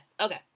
okay